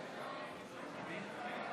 פ/3064 ופ/3132/24,